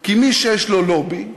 כי מי שיש לו לובי,